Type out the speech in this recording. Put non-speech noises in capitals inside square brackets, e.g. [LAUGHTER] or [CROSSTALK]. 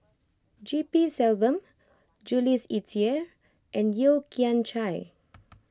G P Selvam Jules Itier and Yeo Kian Chai [NOISE]